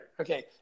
Okay